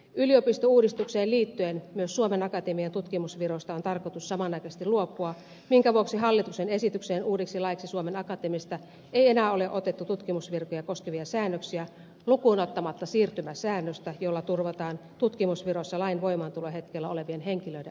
yliopistouudistukseen liittyen myös suomen akatemian tutkimusviroista on tarkoitus samanaikaisesti luopua minkä vuoksi hallituksen esitykseen uudeksi laiksi suomen akatemiasta ei enää ole otettu tutkimusvirkoja koskevia säännöksiä lukuun ottamatta siirtymäsäännöstä jolla turvataan tutkimusviroissa lain voimaantulohetkellä olevien henkilöiden asema